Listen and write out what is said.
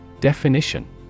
Definition